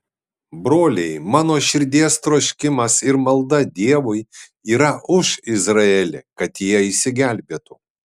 broliai mano širdies troškimas ir malda dievui yra už izraelį kad jie išsigelbėtų